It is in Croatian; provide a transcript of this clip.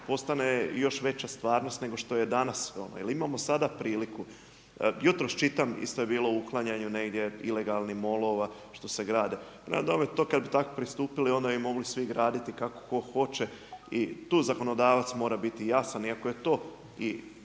postane i još veća stvarnost nego što je danas jer imamo sada priliku. Jutros čitam isto je bilo o uklanjanju negdje ilegalnih molova što se grade. Prema tome, to kad bi tako pristupili onda bi mogli svi graditi kako tko hoće i tu zakonodavac mora biti jasan iako je to